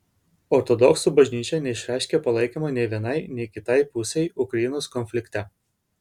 ortodoksų bažnyčia neišreiškė palaikymo nei vienai nei kitai pusei ukrainos konflikte